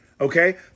okay